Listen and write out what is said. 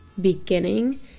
beginning